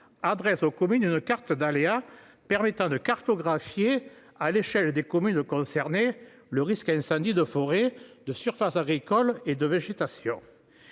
adresse aux communes une carte d'aléas permettant de cartographier, à l'échelle des communes concernées, les zones à risque d'incendies de forêt, de surfaces agricoles et de végétation.